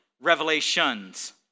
Revelations